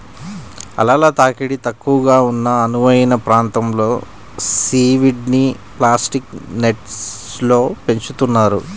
అలల తాకిడి తక్కువగా ఉన్న అనువైన ప్రాంతంలో సీవీడ్ని ప్లాస్టిక్ నెట్స్లో పెంచుతున్నారు